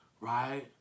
right